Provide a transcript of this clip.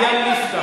על עניין ליפתא.